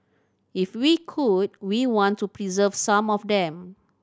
if we could we want to preserve some of them